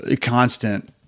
Constant